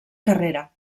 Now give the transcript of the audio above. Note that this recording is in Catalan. carrera